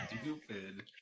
stupid